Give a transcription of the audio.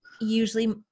usually